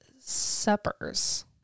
suppers